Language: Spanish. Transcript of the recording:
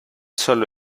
solo